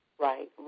Right